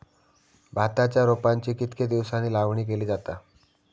भाताच्या रोपांची कितके दिसांनी लावणी केली जाता?